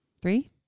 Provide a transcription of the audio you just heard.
Three